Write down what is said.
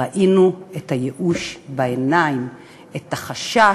ראינו את הייאוש בעיניים, את החשש,